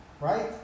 right